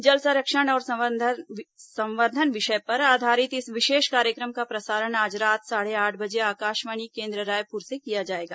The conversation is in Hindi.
जल संरक्षण और संवर्धन विषय पर आधारित इस विशेष कार्यक्रम का प्रसारण आज रात साढ़े आठ बजे आकाशवाणी केन्द्र रायपुर से किया जाएगा